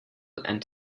and